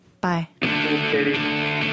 Bye